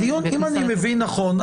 אם אני מבין נכון,